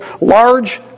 large